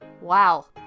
Wow